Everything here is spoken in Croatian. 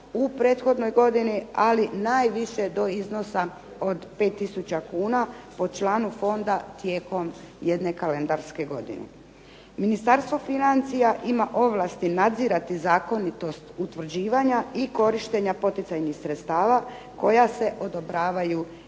u prethodnoj godini, ali najviše do iznosa od 5 tisuća kuna po članu fonda tijekom jedne kalendarske godine. Ministarstvo financija ima ovlasti nadzirati zakonitost utvrđivanja i korištenja poticajnih sredstava koja se odobravaju iz